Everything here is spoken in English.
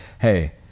Hey